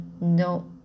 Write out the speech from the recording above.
no